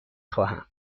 خواهم